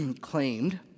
claimed